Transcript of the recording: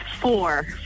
four